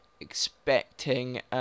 expecting